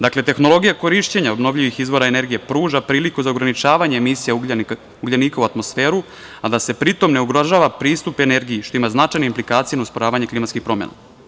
Dakle, tehnologija korišćenja obnovljivih izvora energije pruža priliku za ograničavanje emisija ugljenika u atmosferu, a da se pri tome ne ugrožava pristup energiji, što ima značajne implikacije na osporavanje klimatskih promena.